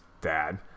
Dad